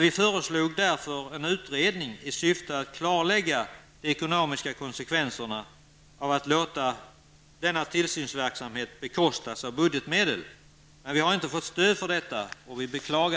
Vi föreslog därför en utredning i syfte att klarlägga de ekonomiska konsekvenserna av att låta tillsynsverksamheten bekostas av budgetmedel, men vi har inte fått stöd för detta, vilket vi beklagar.